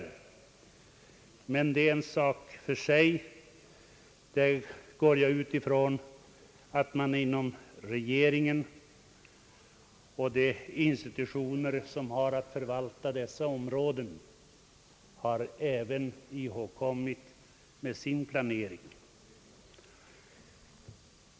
Men det är en sak för sig. Jag utgår ifrån att regeringen och de institutioner, som har att förvalta dessa områden, har tagit med även detta i sin planering.